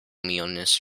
millones